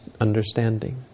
understanding